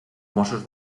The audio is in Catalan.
mossos